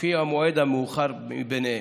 לפי המועד המאוחר ביניהם.